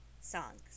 songs